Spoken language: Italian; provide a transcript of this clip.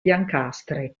biancastre